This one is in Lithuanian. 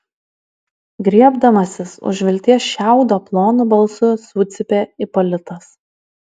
griebdamasis už vilties šiaudo plonu balsu sucypė ipolitas